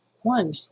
One